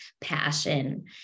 Passion